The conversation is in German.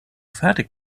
fertig